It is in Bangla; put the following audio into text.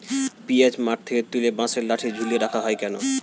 পিঁয়াজ মাঠ থেকে তুলে বাঁশের লাঠি ঝুলিয়ে রাখা হয় কেন?